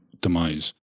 demise